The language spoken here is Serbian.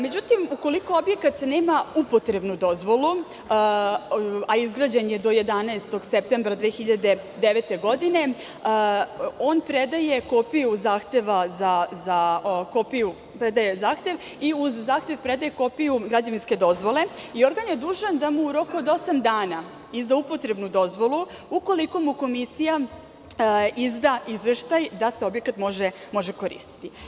Međutim, ukoliko objekat nema upotrebnu dozvolu, a izgrađen je do 11. septembra 2009. godine, on predaje zahtev, i uz zahtev predaje kopiju građevinske dozvole i organ je dužan da mu u roku od osam dana izda upotrebnu dozvolu, ukoliko mu komisija izda izveštaj da se objekat može koristiti.